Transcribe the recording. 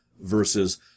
versus